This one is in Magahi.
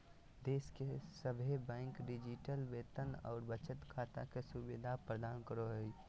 देश के सभे बैंक डिजिटल वेतन और बचत खाता के सुविधा प्रदान करो हय